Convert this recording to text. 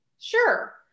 Sure